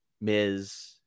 Ms